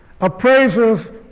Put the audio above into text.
appraisers